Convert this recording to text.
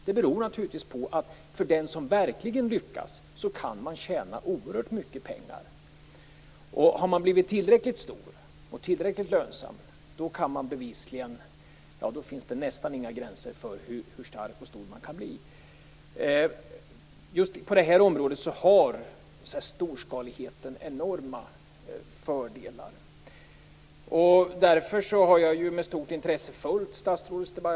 Det beror naturligtvis på att den som verkligen lyckas kan tjäna oerhört mycket pengar. Har man blivit tillräckligt stor och tillräckligt lönsam finns det nästan inga gränser för hur stark och stor man kan bli. Just på det här området har storskaligheten enorma fördelar. Därför har jag med stort intresse följt statsrådets debatt.